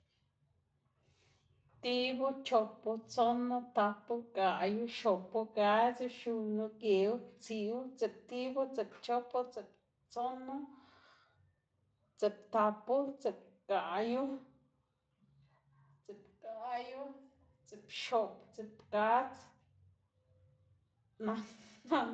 Tibu chopu tsonu tapu gaꞌyu xopu gadzu xunu geꞌwu tsiꞌwu tsiꞌptibu tsiꞌpchopu tsiꞌptsonu tsiꞌptapu tsiꞌpgaꞌyu tsiꞌpgaꞌyu tsiꞌpxopu tsipgadzu